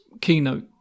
keynote